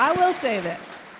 um will say this.